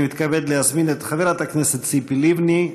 אני מתכבד להזמין את חברת הכנסת ציפי לבני,